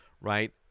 right